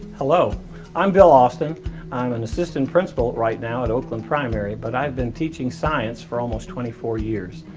hello i'm bill austin. i'm an assistant principal right now at oakland primary but i've been teaching science for almost twenty four years.